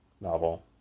novel